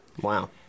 wow